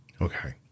Okay